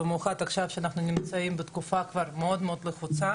במיוחד עכשיו כשאנחנו נמצאים בתקופה מאוד לחוצה.